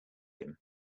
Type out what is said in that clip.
him